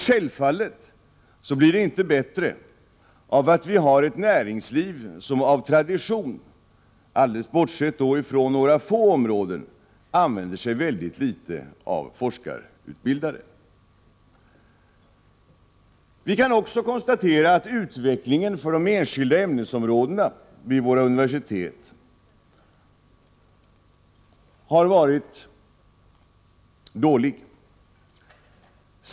Självfallet blir det inte bättre av att vi har ett näringsliv som av tradition — bortsett från några få områden — använder sig mycket litet av forskarutbildade personer. Vi kan också konstatera att utvecklingen för de enskilda ämnesområdena vid våra universitet har varit dålig.